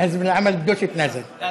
הבעיה